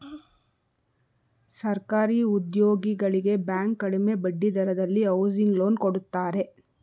ಸರ್ಕಾರಿ ಉದ್ಯೋಗಿಗಳಿಗೆ ಬ್ಯಾಂಕ್ ಕಡಿಮೆ ಬಡ್ಡಿ ದರದಲ್ಲಿ ಹೌಸಿಂಗ್ ಲೋನ್ ಕೊಡುತ್ತಾರೆ